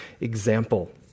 example